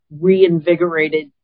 reinvigorated